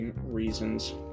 reasons